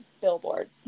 billboard